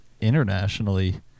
internationally